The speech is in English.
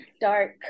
dark